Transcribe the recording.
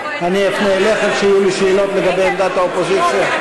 אני אפנה אליך כשיהיו לי שאלות על עמדת האופוזיציה?